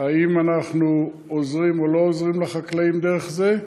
מבחינה מקצועית: האם אנחנו עוזרים או לא עוזרים לחקלאים בדרך זו.